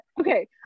okay